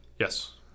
yes